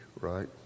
right